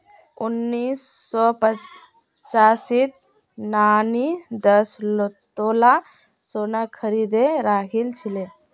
उन्नीस सौ पचासीत नानी दस तोला सोना खरीदे राखिल छिले